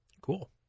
Cool